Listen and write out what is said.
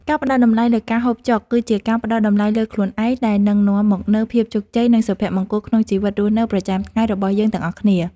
ការផ្តល់តម្លៃលើការហូបចុក គឺជាការផ្តល់តម្លៃលើខ្លួនឯងដែលនឹងនាំមកនូវភាពជោគជ័យនិងសុភមង្គលក្នុងជីវិតរស់នៅប្រចាំថ្ងៃរបស់យើងទាំងអស់គ្នា។